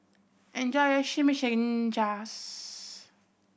enjoy your Chimichangas